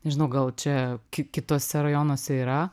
nežinau gal čia ki kituose rajonuose yra